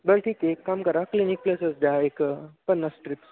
बरं ठीक आहे एक काम करा क्लिनिक प्लसच द्या एक पन्नास स्ट्रिप्स